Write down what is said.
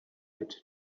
had